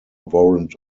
warrant